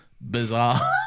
bizarre